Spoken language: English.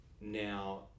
Now